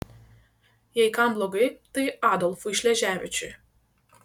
jei kam blogai tai adolfui šleževičiui